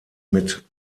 mit